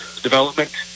development